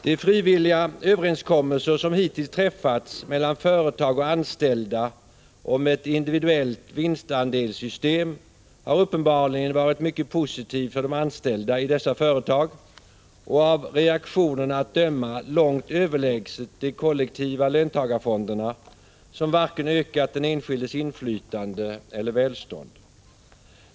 De frivilliga överenskommelser som hittills träffats mellan företag och anställda om ett individuellt vinstandelssystem har uppenbarligen varit något mycket positivt för de anställda i dessa företag och av reaktionerna att döma långt överlägset de kollektiva löntagarfonderna, som varken ökat den enskildes inflytande eller ökat hans välstånd.